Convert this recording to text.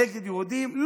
נגד יהודים?